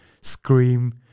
Scream